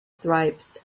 stripes